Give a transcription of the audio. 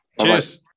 Cheers